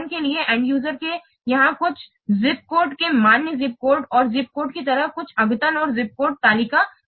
उदाहरण के लिए अंत यूजर के यहाँ कुछ ज़िप कोड में मान्य ज़िप कोड और ज़िप कोड की तरह कुछ अद्यतन और ज़िप कोड तालिका